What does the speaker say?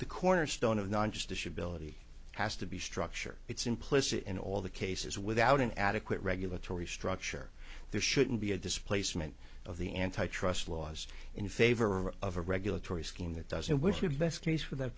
the cornerstone of nontraditional bill it has to be structure it's implicit in all the cases without an adequate regulatory structure there shouldn't be a displacement of the antitrust laws in favor of a regulatory scheme that doesn't wish the best case for th